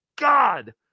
God